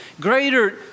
greater